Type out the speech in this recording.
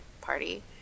party